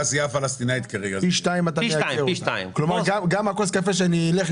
זה ישפיע גם על מחירי כוס הקפה.